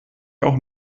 auch